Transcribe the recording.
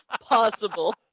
possible